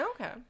okay